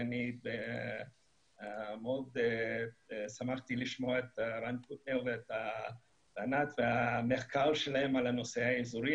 אני מאוד שמחתי לשמוע את רן קוטנר ואת ענת והמחקר שלהם על הנושא האזורי,